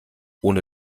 ohne